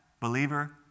believer